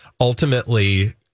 ultimately